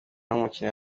nk’umukinnyi